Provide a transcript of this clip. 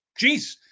Jeez